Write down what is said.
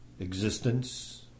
Existence